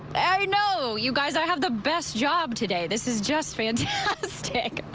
i know, you guys. i have the best job today. this is just fantastic.